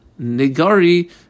negari